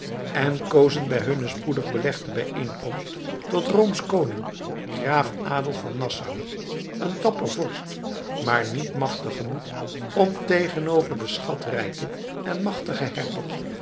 en kozen bij hunne spoedig belegde bijeenkomst tot roomsch koning graaf adolf van nassau een dapper vorst maar niet machtig genoeg om tegenover den schatrijken en machtigen